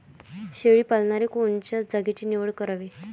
शेळी पालनाले कोनच्या जागेची निवड करावी?